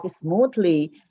smoothly